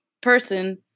person